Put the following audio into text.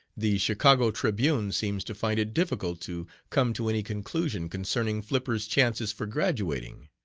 the chicago tribune seems to find it difficult to come to any conclusion concerning flipper's chances for graduating.